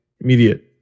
immediate